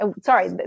Sorry